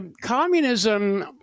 communism